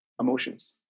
emotions